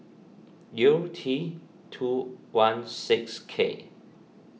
U T two one six K